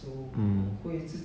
mm